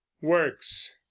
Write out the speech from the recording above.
Works